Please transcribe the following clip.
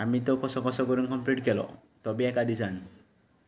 आमी तो कसो कसो करून कंप्लीट केलो तो बी एका दिसान